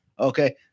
Okay